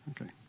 Okay